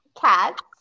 Cats